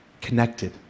connected